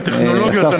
עם הטכנולוגיות הקיימות,